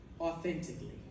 authentically